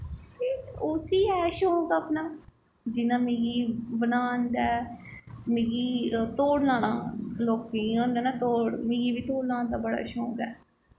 ते उसी ऐ शौंक अपना जियां मिगी बनान दा ऐ मिगी धोड़ लाना लोकें गी होंदा ना धोड़ मिगी बी धोड़ लान दा बड़ा शौंक ऐ